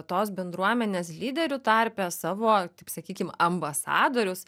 tos bendruomenės lyderių tarpe savo taip sakykim ambasadorius